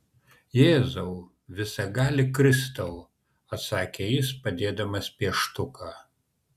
jėzau visagali kristau atsakė jis padėdamas pieštuką